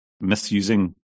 misusing